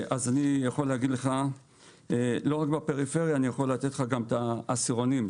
אני יכול לתת לך לא רק בפריפריה אלא גם את העשירונים.